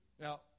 Now